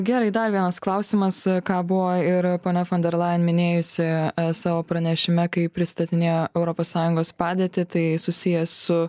gerai dar vienas klausimas ką buvo ir ponia fon der lajen minėjusi savo pranešime kai pristatinėjo europos sąjungos padėtį tai susijęs su